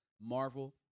Marvel